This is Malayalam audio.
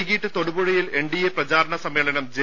വൈകീട്ട് തൊടുപുഴയിൽ എൻഡിഎ പ്രചാരണ സമ്മേളനം ജെ